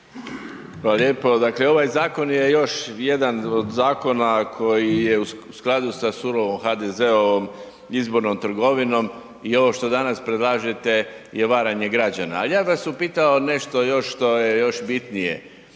lijepo. Dakle, ovaj zakon je još jedan od zakona koji je u skladu sa surovom HDZ-ovom izbornom trgovinom i ovo što danas predlažete je varanje građana. Ali ja bih vas upitao nešto još što je još bitnije.